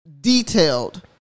detailed